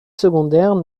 secondaire